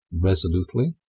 resolutely